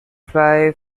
fly